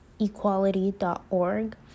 equality.org